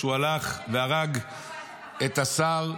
שהוא הלך והרג את השר,